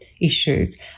issues